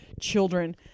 children